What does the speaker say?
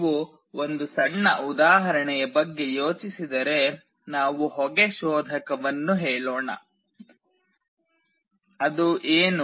ನೀವು ಒಂದು ಸಣ್ಣ ಉದಾಹರಣೆಯ ಬಗ್ಗೆ ಯೋಚಿಸಿದರೆ ನಾವು ಹೊಗೆ ಶೋಧಕವನ್ನು ಹೇಳೋಣ ಅದು ಏನು